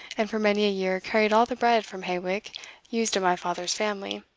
and for many a year carried all the bread from hawick used in my father's family.